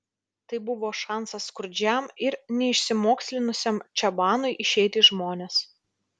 tai buvo šansas skurdžiam ir neišsimokslinusiam čabanui išeiti į žmones